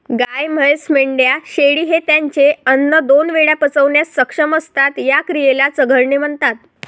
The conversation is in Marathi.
गाय, म्हैस, मेंढ्या, शेळी हे त्यांचे अन्न दोन वेळा पचवण्यास सक्षम असतात, या क्रियेला चघळणे म्हणतात